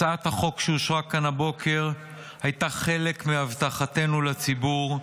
הצעת החוק שאושרה כאן הבוקר הייתה חלק מהבטחתנו לציבור,